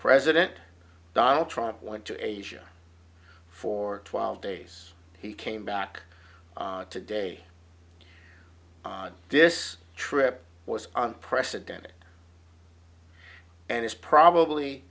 president donald trump went to asia for twelve days he came back today on this trip was on president and it's probably